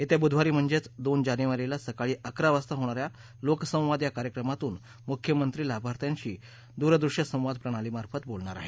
येत्या ब्धवारी म्हणजे दोन जानेवारीला सकाळी अकरा वाजता होणाऱ्या लोकसंवाद या कार्यक्रमातून मुख्यमंत्री लाभाथ्यशिी दुरदृष्य संवाद प्रणालीमार्फत बोलणार आहेत